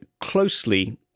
closely